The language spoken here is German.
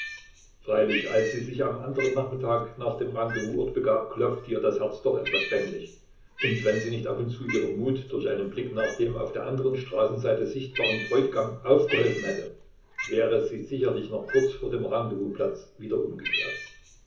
freilich als sie sich am andern nachmittag nach dem rendezvousort begab klopfte ihr das herz doch etwas bänglich und wenn sie nicht ab und zu ihrem mut durch einen blick nach dem auf der anderen straßenseite sichtbaren bräutigam aufgeholfen hätte wäre sie sicherlich noch kurz vor dem rendezvousplatz wieder umgekehrt